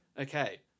Okay